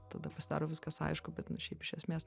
tada pasidaro viskas aišku bet na šiaip iš esmės